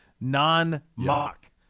non-mock